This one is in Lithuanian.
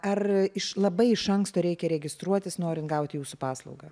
ar iš labai iš anksto reikia registruotis norint gauti jūsų paslaugą